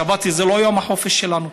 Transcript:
השבת זה לא יום החופש שלנו.